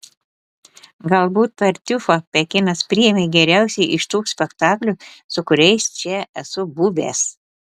galbūt tartiufą pekinas priėmė geriausiai iš tų spektaklių su kuriais čia esu buvęs